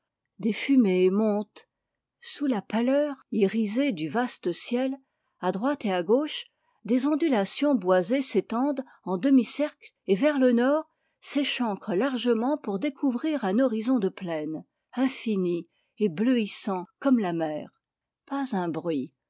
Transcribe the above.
des fumées montent sous la pâleur irisée du vaste ciel à droite et à gauche des ondulations boisées s'allongent en demi-cercle et vers le nord s'échancrent largement pour découvrir un horizon de plaine infini et bleuissant comme la mer pas un bruit